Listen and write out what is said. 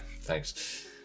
Thanks